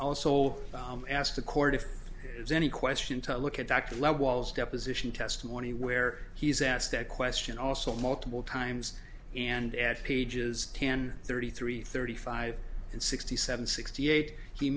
the court if there's any question to look at dr walls deposition testimony where he's asked that question also multiple times and add pages ten thirty three thirty five and sixty seven sixty eight he